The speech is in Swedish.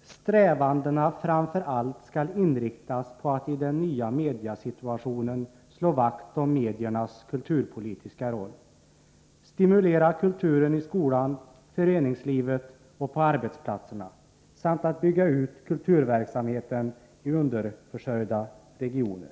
”strävandena framför allt inriktas på att i den nya mediasituationen slå vakt om mediernas kulturpolitiska roll, att stimulera kulturen i skolan, föreningslivet och på arbetsplatserna samt att bygga ut kulturverksamheten i underförsörjda regioner”.